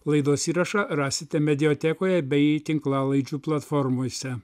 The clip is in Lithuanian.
laidos įrašą rasite mediatekoje bei tinklalaidžių platformose